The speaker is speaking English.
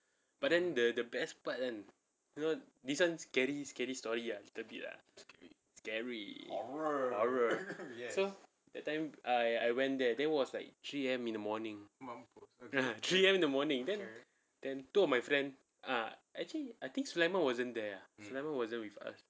but then the the best part kan you know this [one] scary scary story lah little bit lah scary horror so that time I I went there that was like three A_M in the morning three A_M in the morning then then two of my friend ah actually I think sulaiman wasn't there ah sulaiman wasn't with us